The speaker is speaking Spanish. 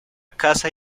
caza